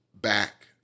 back